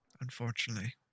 Unfortunately